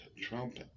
Trump